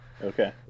Okay